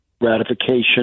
ratification